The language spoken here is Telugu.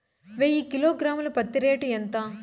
వెయ్యి కిలోగ్రాము ల పత్తి రేటు ఎంత?